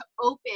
open